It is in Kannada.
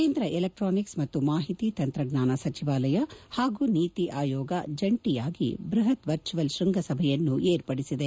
ಕೇಂದ್ರ ಎಲೆಕ್ಷಾನಿಕ್ಸ್ ಮತ್ತು ಮಾಹಿತಿ ತಂತ್ರಜ್ಞಾನ ಸಚಿವಾಲಯ ಹಾಗೂ ನೀತಿ ಆಯೋಗ ಜಂಟಿಯಾಗಿ ಬ್ಲಪತ್ ವರ್ಚುವಲ್ ಶ್ವಂಗಸಭೆಯನ್ನು ಏರ್ಪಡಿಸಿದೆ